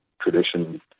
tradition